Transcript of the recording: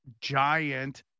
giant